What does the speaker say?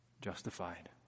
justified